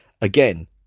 again